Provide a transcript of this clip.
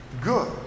good